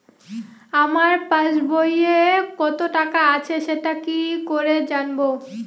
আমার পাসবইয়ে কত টাকা আছে সেটা কি করে জানবো?